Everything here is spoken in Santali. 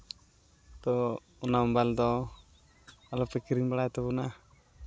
ᱛᱚ ᱚᱱᱟ ᱢᱳᱵᱟᱭᱤᱞ ᱫᱚ ᱟᱞᱚᱯᱮ ᱠᱤᱨᱤᱧ ᱵᱟᱲᱟᱭ ᱛᱟᱵᱚᱱᱟ